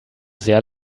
sehr